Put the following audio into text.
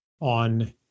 on